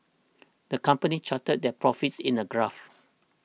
the company charted their profits in a graph